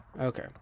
Okay